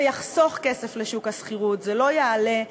זה יחסוך כסף בשוק השכירות, זה לא יעלה.